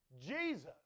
Jesus